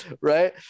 Right